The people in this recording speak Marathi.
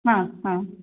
हां हां